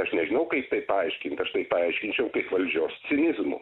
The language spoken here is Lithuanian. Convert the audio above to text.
aš nežinau kaip tai paaiškint aš tai paaiškinčiau kaip valdžios cinizmu